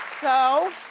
so